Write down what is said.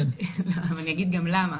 -- ואני אגיד גם למה.